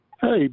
Hey